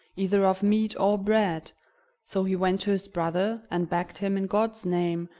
either of meat or bread so he went to his brother, and begged him, in god's name,